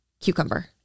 cucumber